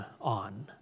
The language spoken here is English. on